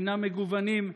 הם מגוונים,